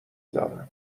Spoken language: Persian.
دارم